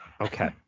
Okay